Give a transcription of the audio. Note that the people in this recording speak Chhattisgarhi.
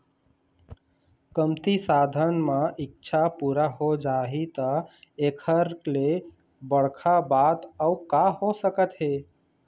कमती साधन म इच्छा पूरा हो जाही त एखर ले बड़का बात अउ का हो सकत हे